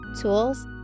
tools